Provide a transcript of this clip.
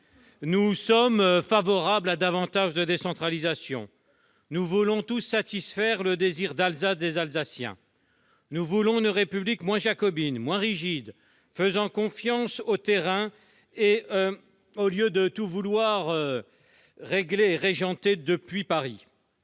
Nous sommes favorables à davantage de décentralisation. Nous voulons tous satisfaire le « désir d'Alsace » des Alsaciens. Nous voulons une République moins jacobine, moins rigide, faisant confiance au terrain au lieu de tout vouloir régenter depuis Paris.